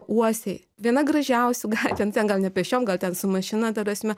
uosiai viena gražiausių gatvių na ten gal ne pėsčiom gal ten su mašina ta prasme